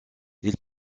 ils